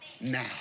now